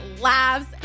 laughs